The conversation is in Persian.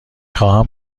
خواهم